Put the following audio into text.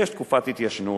יש תקופת התיישנות,